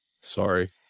Sorry